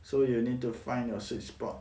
so you need to find your sweet spot